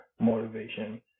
motivation